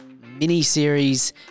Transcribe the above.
mini-series